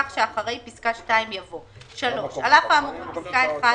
כך שאחרי פסקה (2) יבוא: (3) על אף האמור בפסקה (1),